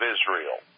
Israel